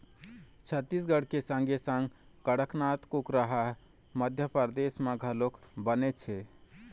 छत्तीसगढ़ के संगे संग कड़कनाथ कुकरा ह मध्यपरदेस म घलोक बनेच हे